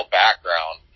background